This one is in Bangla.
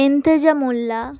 ইমতেজা মোল্লা